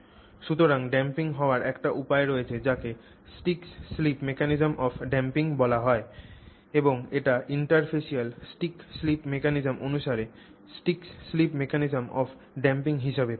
সুতরাং ড্যাম্পিং হওয়ার একটি উপায় রয়েছে যাকে Sticks slip mechanism of damping বলা হয় এবং এটি interfacial stick slip mechanism অনুসারে Sticks slip mechanism of damping হিসাবে পরিচিত